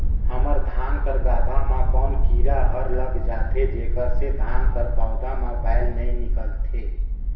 हमर धान कर गाभा म कौन कीरा हर लग जाथे जेकर से धान कर पौधा म बाएल नइ निकलथे?